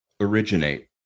originate